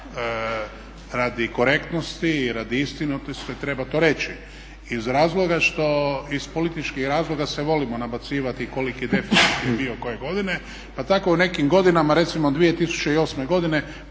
radi korektnosti i radi istine … treba to reći iz razloga što iz političkih razloga se volimo nabacivati koliki deficit je bio koje godine pa tako u nekim godinama recimo 2008. godine